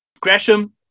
Gresham